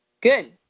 Good